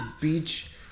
beach